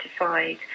identified